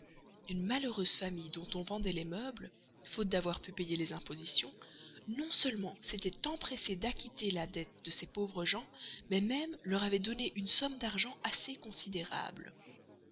une malheureuse famille dont on vendait les meubles faute d'avoir pu payer les impositions s'était empressé non seulement d'acquitter sur le champ la dette de ces pauvres gens mais même leur avait donné une somme d'argent assez considérable